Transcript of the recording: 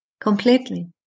completely